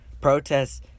protests